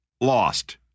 lost